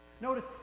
Notice